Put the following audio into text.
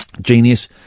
genius